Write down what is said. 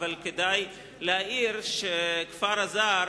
אבל כדאי להעיר שכפר אז"ר,